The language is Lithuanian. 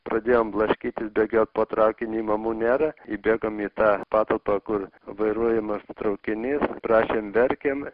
pradėjom blaškytis bėgiot po traukinį mamų nėra įbėgom į tą patalpą kur vairuojamas traukinys prašėm verkėm